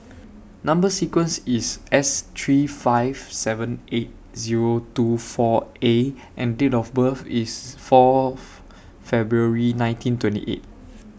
Number sequence IS S three five seven eight Zero two four A and Date of birth IS four February nineteen twenty eight